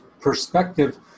perspective